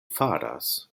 faras